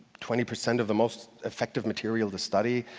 twenty percent of the most effective materials to study.